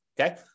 Okay